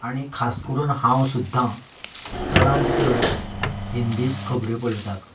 आनी खास करून हांव सुद्दां चडांत चड हिंदीच खबऱ्यो पळेतात